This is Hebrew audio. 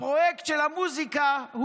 הפרויקט של המוזיקה,